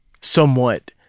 somewhat